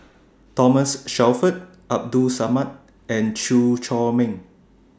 Thomas Shelford Abdul Samad and Chew Chor Meng